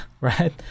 right